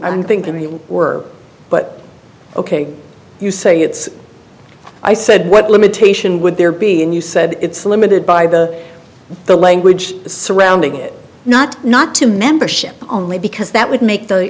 don't think i mean we're but ok you say it's i said what limitation would there be and you said it's limited by the language surrounding it not not to membership only because that would make the